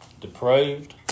depraved